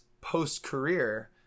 post-career